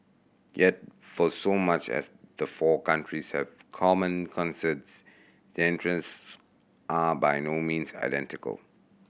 yet for so much as the four countries have common concerns their interests are by no means identical